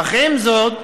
אך עם זאת,